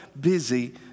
busy